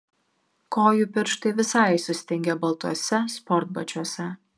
kojų pirštai visai sustingę baltuose sportbačiuose